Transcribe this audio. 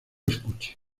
escuche